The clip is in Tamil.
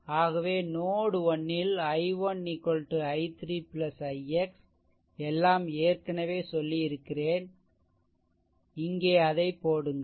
ஆகவே நோட்1ல் i1 i3 ix எல்லாம் ஏற்கனவே சொல்லியிருக்கிறேன் இங்கே அதை போடுங்கள்